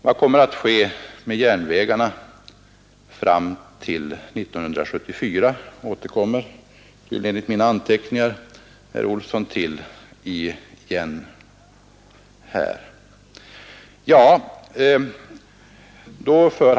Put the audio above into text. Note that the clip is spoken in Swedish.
Herr Olsson återkommer enligt mina anteckningar till frågan om vad som kommer att ske med järnvägarna fram till 1974.